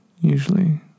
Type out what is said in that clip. usually